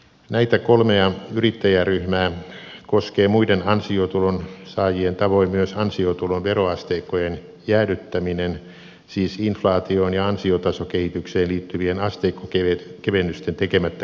näitä kolmea yrittäjäryhmää koskee muiden ansiotulonsaajien tavoin myös ansiotulon veroasteikkojen jäädyttäminen siis inflaatioon ja ansiotasokehitykseen liittyvien asteikkokevennysten tekemättä jättäminen